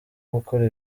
gukora